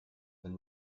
than